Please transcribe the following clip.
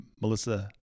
Melissa